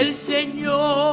ah signal